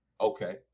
Okay